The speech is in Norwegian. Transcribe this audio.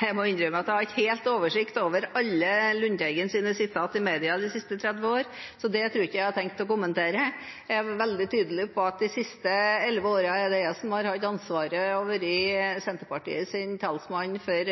Jeg må innrømme at jeg ikke har helt oversikt over alle Lundteigens sitat i media i de siste 30 årene, så det tror jeg ikke at jeg har tenkt til å kommentere. Jeg er veldig tydelig på at i de siste elleve årene er det jeg som har hatt ansvaret og vært Senterpartiets talsperson for